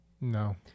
No